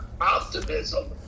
optimism